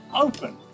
open